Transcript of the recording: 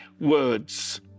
words